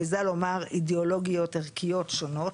מעזה לומר אידיאולוגיות ערכיות שונות.